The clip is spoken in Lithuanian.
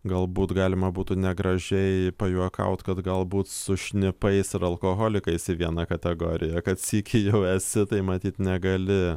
galbūt galima būtų negražiai pajuokaut kad galbūt su šnipais ir alkoholikais į vieną kategoriją kad sykį jau esi tai matyt negali